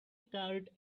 card